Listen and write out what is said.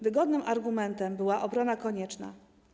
Wygodnym argumentem była obrona konieczna.